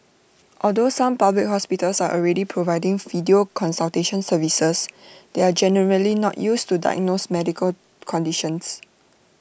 although some public hospitals are already providing video consultation services they are generally not used to diagnose medical conditions